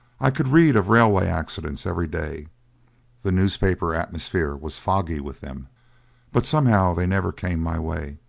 i could read of railway accidents every day the newspaper atmosphere was foggy with them but somehow they never came my way.